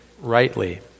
rightly